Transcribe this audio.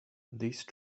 these